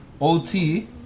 OT